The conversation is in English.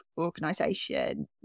organization